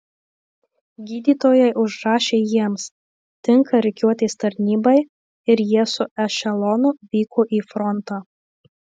gydytojai užrašė jiems tinka rikiuotės tarnybai ir jie su ešelonu vyko į frontą